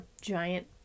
giant